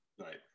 Right